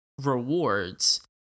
rewards